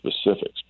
specifics